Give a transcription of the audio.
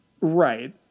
Right